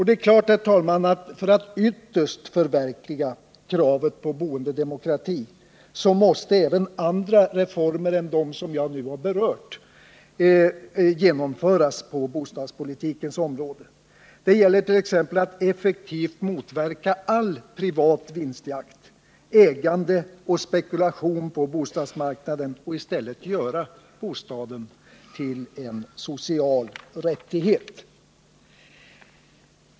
Det är klart, herr talman, att för att ytterst förverkliga kravet på boendedemokrati måste även andra reformer än de som jag nu har berört genomföras på bostadspolitikens område. Det gäller t.ex. att effektivt motverka all privat vinstjakt, privat ägande och spekulation på bostadsmarknaden och i stället göra bostaden till en social rättighet.